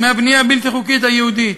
מהבנייה הבלתי-חוקית היהודית,